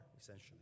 essentially